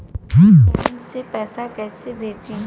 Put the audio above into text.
Phone से पैसा कैसे भेजी?